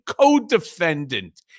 co-defendant